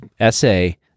essay